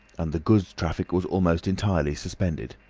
and the goods traffic was almost entirely suspended.